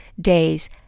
days